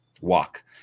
walk